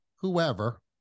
whoever